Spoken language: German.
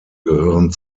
gehören